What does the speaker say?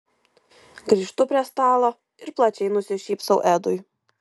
grįžtu prie stalo ir plačiai nusišypsau edui